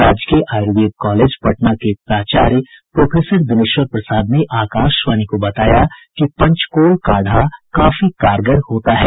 राजकीय आयुर्वेद कालेज पटना के प्राचार्य प्रोफेसर दिनेश्वर प्रसाद ने आकाशवाणी को बताया कि पंचकोल काढा काफी कारगर होता है